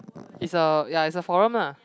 is a ya is a forum lah